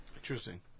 Interesting